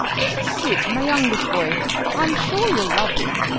this is sib, my youngest boy i'm sure you'll love him.